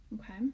okay